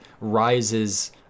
rises